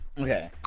okay